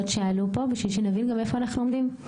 שעלו פה בשביל שנבין גם איפה אנחנו עומדים.